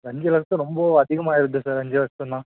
அஞ்சு லட்சம் ரொம்ப அதிகமாக இருக்குது சார் அஞ்சு லட்சன்னா